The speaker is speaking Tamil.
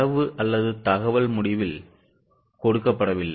தரவு அல்லது தகவல் முடிவில் கொடுக்கப்படவில்லை